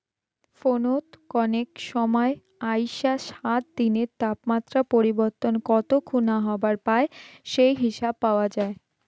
ফোনত কনেক সমাই আইসা সাত দিনের তাপমাত্রা পরিবর্তন কত খুনা হবার পায় সেই হিসাব পাওয়া যায়